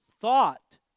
thought